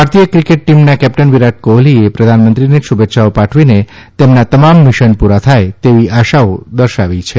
ભારતીય ક્રિકેટ ટીમના કેપ્ટન વિરાટ ક્રોહલીએ પ્રધાનમંત્રીને શુભેચ્છાઓ પાઠવીને તેમનાં તમામ મિશન પૂરાં થાય તેવી આશાઓ દર્શાવી છે